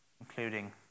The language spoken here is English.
including